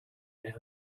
ann